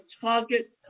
target